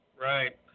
Right